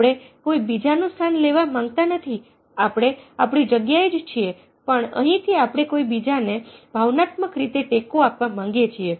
આપણે કોઈ બીજાનું સ્થાન લેવા માંગતા નથી આપણે આપણી જગ્યાએ છીએ પણ અહીંથી આપણે કોઈ બીજાને ભાવનાત્મક રીતે ટેકો આપવા માંગીએ છીએ